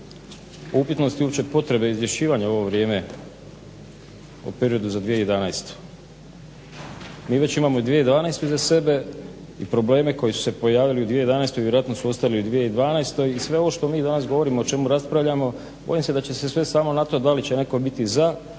upitnosti uopće potrebe izvješćivanja u ovo vrijeme o periodu za 2011. Mi već imamo i 2012. iza sebe i probleme koji su se pojavili u 2011. vjerojatno su ostali i u 2012. i sve ovo što mi danas govorimo i o čemu raspravljamo bojim se da će se svesti samo na to da li će netko biti za